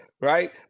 right